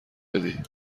بدی